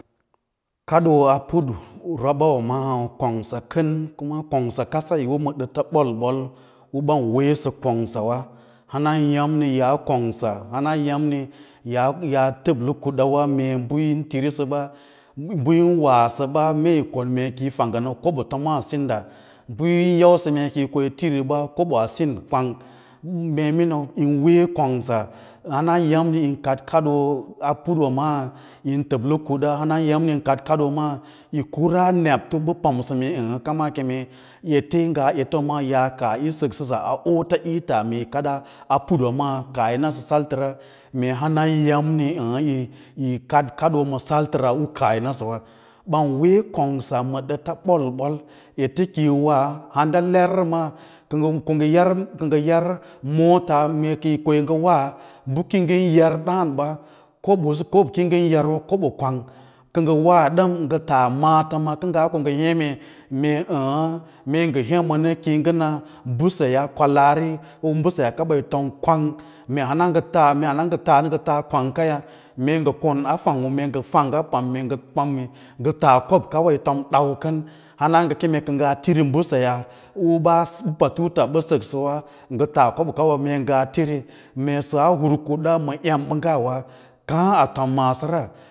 kaɗooa put robawa maa konga kən, kongsa kasa yi wo ma dəta ɓol ɓol u ɓan weesə kongsawa hana yauni yaa konsa, hana yam ne ya ya təblə kuɗawa mee ə yin tirisə bə yǐn wasəɓa mee yi kon mee kiyi dangge koɓo tomaa sinda bə yín yausə mee ko yi tiri ɓa koɓan sin kwang mee mīniu tin, wee kongsa han yīn yau mee yi kaɗ kadoo a putwa maa yin təblə kuɗa han yâmni yin kad kadoo maa yi kuwa nebto bə pamsə kam a keme ete ngaa yi tom maa ngaa ya kaâh yi səksəsə a ɓota ꞌita yi kadaa pufwa maa mee kaaliyi na satləra mee hana yammi yi kaɗ kaɗoo ma saltəra u kaah yi masəwa, ɓan wee kongsa ma ɗəta bol bol ete ki yi wa, hana lerrə maa kə ngə yar kə ngə yar mata mee ko yi ngə wa, bə kiyi ngən yauɓa daãn ɓa, kob usu kob kiyi ngən yaro kobo kwang, kə ngə wa ɗəm ngə taa maatəma kə ngaa ko ngə heme, mee ə̌ə̌yə mee ngə hěme nə ki yi na mbəsayaa kwalaari kuma mbəseyaa kabayi tom kwang mee hana ngə faanə, hana ngə taan nə a tom kwang kaya mee ngə kou a fanggo mee ngə fəngga pam dau kən hana ngə keeme kə ngaa tiri mbəsaeyaa un ɓaasə patu ɓə səksəwa, ngə taa kon kawa mee ngaa tiri mee saa hur kuɗa ma emɓəngga kaã a fom maaso ra.